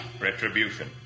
Retribution